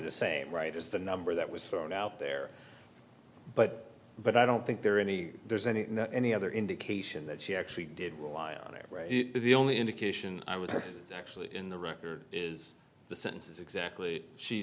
the same right as the number that was found out there but but i don't think there are any there's any any other indication that she actually did rely on it the only indication i was actually in the record is the sentence is exactly she